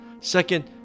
Second